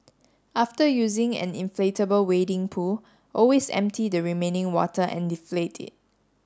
after using an inflatable wading pool always empty the remaining water and deflate it